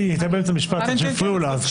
היא הייתה באמצע משפט, הפריעו לה.